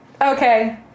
Okay